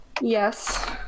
Yes